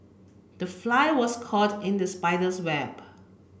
the fly was caught in the spider's web